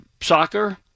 soccer